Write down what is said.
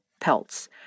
pelts